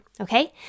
Okay